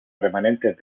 remanentes